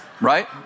Right